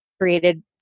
created